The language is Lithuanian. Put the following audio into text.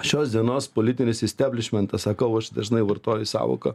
šios dienos politinis isteblišmentas sakau aš dažnai vartoju sąvoką